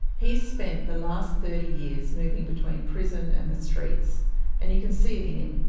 he's spent the last thirty years moving between prison and the streets and you can see it in him,